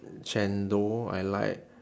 chendol I like